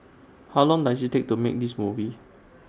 how long dose IT take to make this movie